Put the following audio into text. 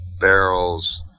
barrels